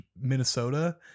Minnesota